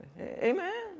Amen